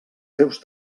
seus